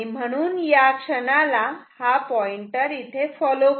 म्हणून या क्षणाला हा पॉइंटर फॉलो करा